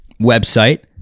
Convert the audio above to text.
website